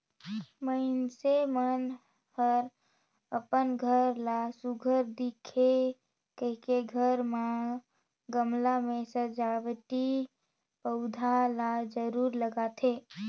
मइनसे मन हर अपन घर ला सुग्घर दिखे कहिके घर म गमला में सजावटी पउधा ल जरूर लगाथे